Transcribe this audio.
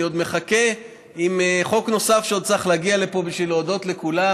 אני עוד מחכה עם חוק נוסף שצריך להגיע לפה בשביל להודות לכולם,